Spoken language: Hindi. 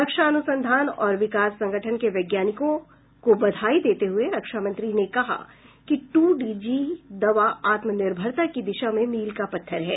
रक्षा अनुसंधान और विकास संगठन के वैज्ञानिकों को बधाई देते हुए रक्षा मंत्री ने कहा कि टू डी जी दवा आत्मनिर्भरता की दिशा में मील का पत्थर है